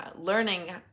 learning